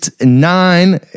nine